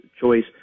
choice